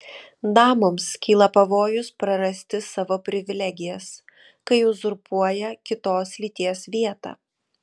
damoms kyla pavojus prarasti savo privilegijas kai uzurpuoja kitos lyties vietą